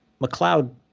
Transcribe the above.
McLeod